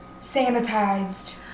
sanitized